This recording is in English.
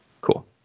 Cool